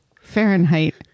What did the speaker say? Fahrenheit